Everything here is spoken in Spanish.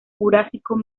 jurásico